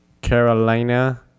Carolina